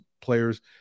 players